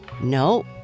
No